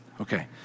Okay